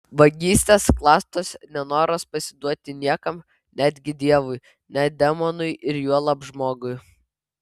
vagystės klastos nenoras pasiduoti niekam netgi dievui net demonui ir juolab žmogui